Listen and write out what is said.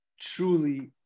truly